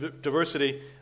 diversity